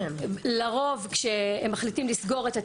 לרוב כשהם מחליטים לסגור את התיק,